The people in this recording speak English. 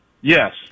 Yes